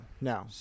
no